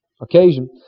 occasion